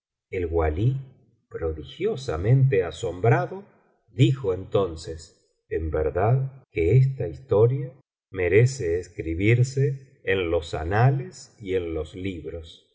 el walí prodigiosamente asombrado dijo entonces en verdad que esta historia merece escribirse en los anales y en los libros